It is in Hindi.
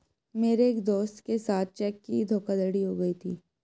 मेरे एक दोस्त के साथ चेक की धोखाधड़ी हो गयी थी